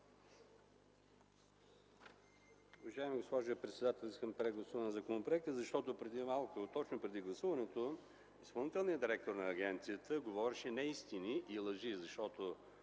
Уважаема госпожо председател, искам прегласуване на законопроекта, защото преди малко – точно преди гласуването, изпълнителният директор на агенцията говореше неистини и лъжи,